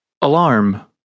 Alarm